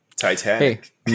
Titanic